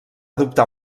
dubtar